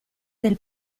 del